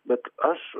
bet aš